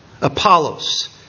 Apollos